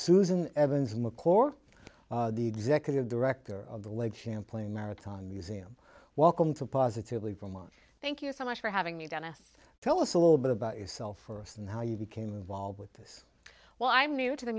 susan evans mccord the executive director of the lake champlain maritime museum welcome to positively vermont thank you so much for having me donna tell us a little bit about yourself for us and how you became involved with this well i'm new to the